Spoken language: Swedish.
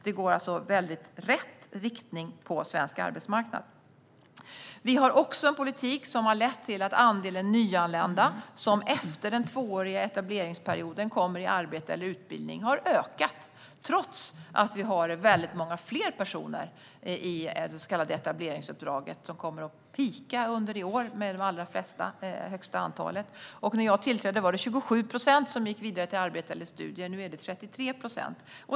Det går alltså i hög grad i rätt riktning på svensk arbetsmarknad. Vi har en politik som har lett till att andelen nyanlända som efter den tvååriga etableringsperioden kommer i arbete eller utbildning har ökat trots att vi har många fler personer i det så kallade etableringsuppdraget. Det kommer att peaka i år med det allra största antalet. När jag tillträdde var det 27 procent som gick vidare till arbete eller studier, och nu är det 33 procent.